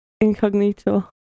incognito